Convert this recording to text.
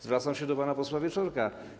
Zwracam się do pana posła Wieczorka.